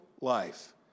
life